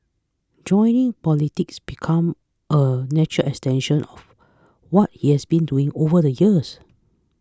joining politics becomes a natural extension of what he has been doing over the years